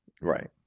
Right